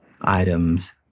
items